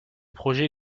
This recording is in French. projets